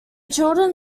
children